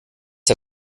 der